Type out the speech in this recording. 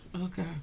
Okay